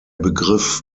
begriff